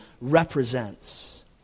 represents